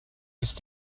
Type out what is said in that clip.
ist